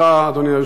אדוני.